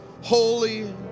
Holy